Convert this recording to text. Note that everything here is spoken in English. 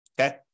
Okay